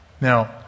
Now